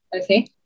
Okay